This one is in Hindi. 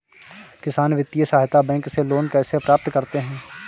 किसान वित्तीय सहायता बैंक से लोंन कैसे प्राप्त करते हैं?